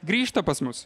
grįžta pas mus